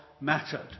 mattered